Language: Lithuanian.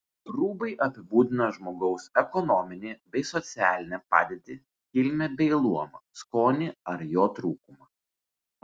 rūbai apibūdina žmogaus ekonominę bei socialinę padėtį kilmę bei luomą skonį ar jo trūkumą